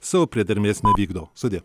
savo priedermės nevykdo sudie